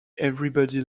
everybody